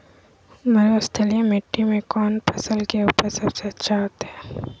मरुस्थलीय मिट्टी मैं कौन फसल के उपज सबसे अच्छा होतय?